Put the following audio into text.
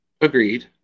Agreed